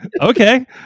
Okay